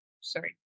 sorry